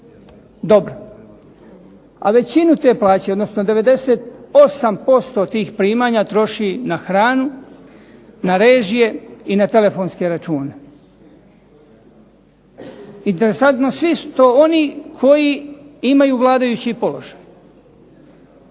dobra. A većinu te plaće, odnosno 98% tih primanja troši na hranu, na režije i na telefonske račune. Interesantno svi su to oni koji imaju vladajući položaj.